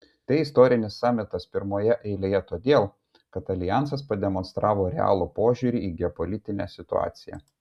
tai istorinis samitas pirmoje eilėje todėl kad aljansas pademonstravo realų požiūrį į geopolitinę situaciją